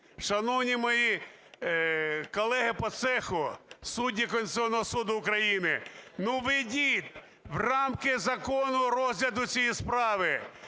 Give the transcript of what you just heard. шановні мої колеги по цеху, судді Конституційного Суду України, введіть в рамки закону розгляду цієї справи,